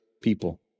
people